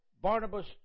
Barnabas